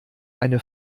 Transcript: eine